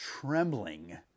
trembling